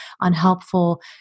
unhelpful